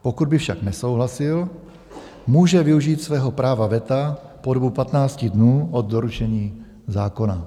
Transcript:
Pokud by však nesouhlasil, může využít svého práva veta po dobu 15 dnů od doručení zákona.